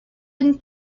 been